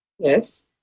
Yes